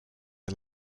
are